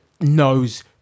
knows